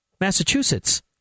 Massachusetts